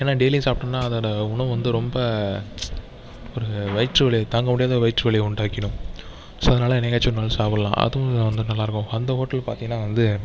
ஏன்னா டெய்லி சாப்பிட்டோம்னா அதோட உணவு வந்து ரொம்ப ஒரு வயிற்றுவலி தாங்கமுடியாத வயிற்றுவலி உண்டாக்கிடும் ஸோ அதனால் என்னைக்காச்சும் ஒரு நாள் சாப்பிட்லாம் அதுவும் வந்து நல்லாயிருக்கும் அந்த ஹோட்டல் பார்த்திங்கன்னா வந்து